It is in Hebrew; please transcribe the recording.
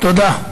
תודה.